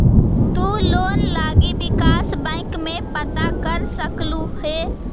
तु लोन लागी विकास बैंक में पता कर सकलहुं हे